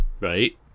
right